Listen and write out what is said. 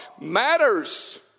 matters